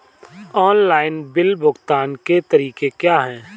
Online bill भुगतान के तरीके क्या हैं?